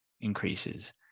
increases